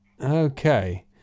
okay